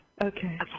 okay